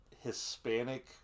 Hispanic